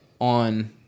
on